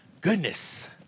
goodness